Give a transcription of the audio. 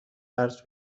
قرض